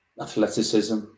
Athleticism